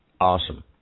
Awesome